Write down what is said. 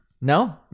No